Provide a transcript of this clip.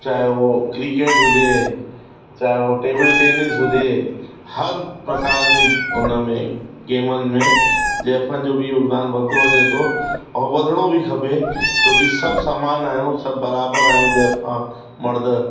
चाहे हो क्रिकेट हुजे चाहे टेबिल टैनिस हुजे हर प्रकार जे उन में गेमनि में ज़ाइफ़ुनि जो बि योगदान वधंदो वञे थो ऐं वधिणो बि खपे छो की सभु सम्मान आहियूं सभु बराबरु आहियूं ज़ाइफ़ां मर्द